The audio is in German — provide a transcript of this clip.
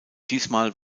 diesmal